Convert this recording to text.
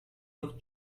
look